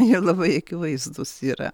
jie labai akivaizdūs yra